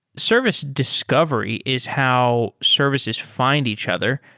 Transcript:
service discovery is how services find each other.